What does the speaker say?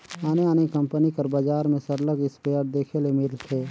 आने आने कंपनी कर बजार में सरलग इस्पेयर देखे ले मिलथे